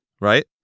right